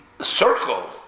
circle